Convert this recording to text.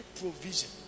provision